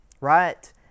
right